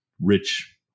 rich